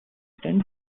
tend